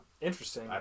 Interesting